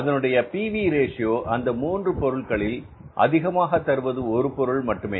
அதனுடைய P V ratio அந்த மூன்று பொருட்களில் அதிகமாக தருவது ஒரு பொருள் மட்டுமே